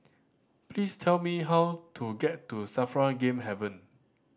please tell me how to get to SAFRA Game Haven